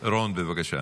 רון, בבקשה.